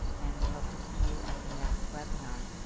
and we hope to see you at the next webinar.